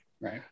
right